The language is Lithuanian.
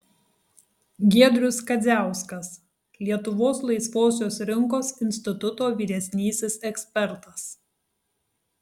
giedrius kadziauskas lietuvos laisvosios rinkos instituto vyresnysis ekspertas